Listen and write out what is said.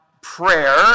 prayer